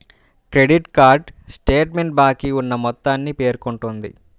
credit card statement బాకీ ఉన్న మొత్తాన్ని పేర్కొంటుంది